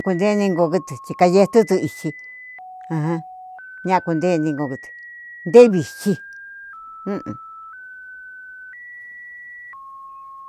Kunteningo kutɨ tyi kayetutu igtyi ajan ña'a kunteningo kutɨ nte vigtyi ünün.